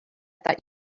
thought